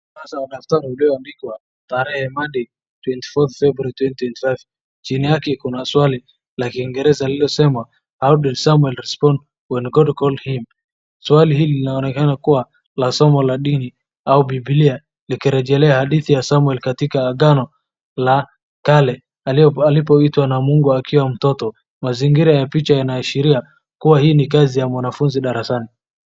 Pahala pa daftari limeandikwa tarehe Monday 24th February 2025 . Chini yake kuna swali la kiingereza lililosema how did Samuel respond when God called him? . Swali hili linaonekana kuwa la somo la dini au Biblia likirejelea hadithi ya Samuel katika agano la kale alipoitwa na Mungu akiwa mtoto. Mazingira ya picha yanaashiria kuwa hii ni kazi ya mwanafunzi darasani.